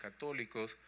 católicos